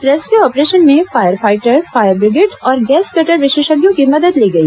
rescue operation में fire fighter fire brigade और gas cutter विशेषज्ञों की मदद ली गई